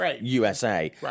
USA